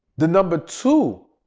the number two